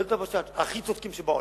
יכולים להיות הכי צודקים שבעולם.